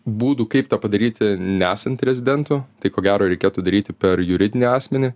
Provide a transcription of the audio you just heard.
būdų kaip tą padaryti nesant rezidentu tai ko gero reikėtų daryti per juridinį asmenį